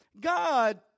God